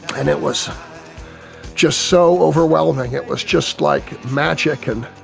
and it was just so overwhelming, it was just like magic. and